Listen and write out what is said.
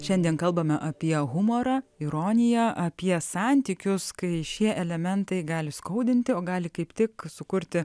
šiandien kalbame apie humorą ironiją apie santykius kai šie elementai gali skaudinti o gali kaip tik sukurti